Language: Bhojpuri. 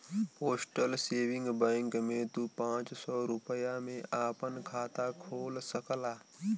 पोस्टल सेविंग बैंक में तू पांच सौ रूपया में आपन खाता खोल सकला